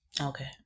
Okay